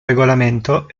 regolamento